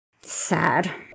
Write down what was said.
Sad